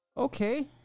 Okay